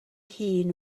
hun